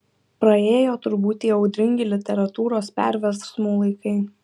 praėjo turbūt tie audringi literatūros perversmų laikai